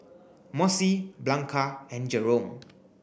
Mossie Blanca and Jerome